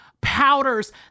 powders